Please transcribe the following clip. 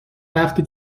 وقتی